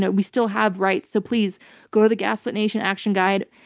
but we still have rights. so please go to the gaslit nation action guide,